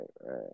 right